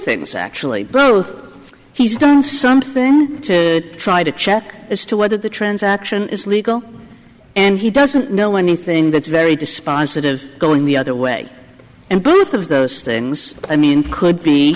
things actually both he's done something to try to check as to whether the transaction is legal and he doesn't know anything that's very dispositive going the other way and both of those things i mean could